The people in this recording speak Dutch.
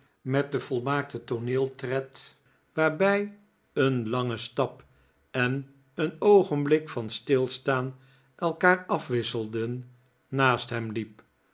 met den volmaaktsten tooneeltred waarbij een lange stap en een oogenblik van stilstaan elkaar afwisselden naast hem liep